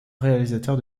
réalisateur